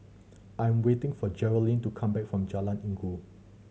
I'm waiting for Geralyn to come back from Jalan Inggu